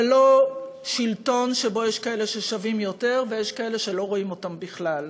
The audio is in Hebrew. ולא שלטון שבו יש כאלה ששווים יותר ויש כאלה שלא רואים אותם בכלל.